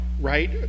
right